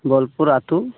ᱵᱳᱞᱯᱩᱨ ᱟᱹᱛᱩ